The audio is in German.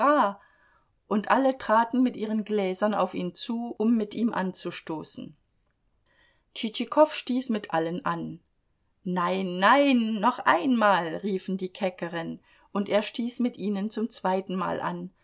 und alle traten mit ihren gläsern auf ihn zu um mit ihm anzustoßen tschitschikow stieß mit allen an nein nein noch einmal riefen die keckeren und er stieß mit ihnen zum zweitenmal an